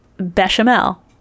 bechamel